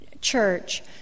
Church